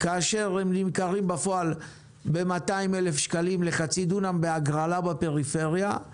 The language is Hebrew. כאשר הם נמכרים בפועל ב-200 אלף שקל לחצי דונם בהגרלה בפריפריה.